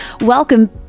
Welcome